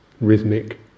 rhythmic